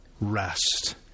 rest